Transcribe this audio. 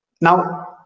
Now